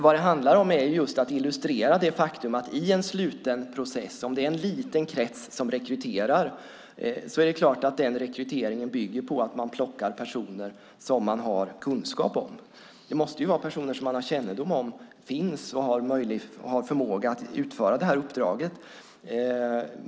Vad det handlar om är att illustrera det faktum att om en liten krets rekryterar i en sluten process är det klart att rekryteringen bygger på att man plockar personer som man har kunskap om. Det måste ju vara personer man har kännedom om finns och har förmåga att utföra det här uppdraget.